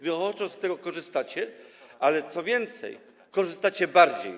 Wy ochoczo z tego korzystacie, a co więcej, korzystacie bardziej.